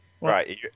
Right